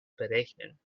berechnen